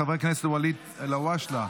חבר הכנסת ואליד אלהואשלה,